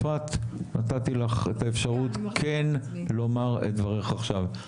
אפרת, נתתי לך את האפשרות לומר את דברייך עכשיו.